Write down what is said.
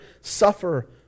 suffer